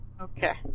Okay